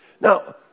Now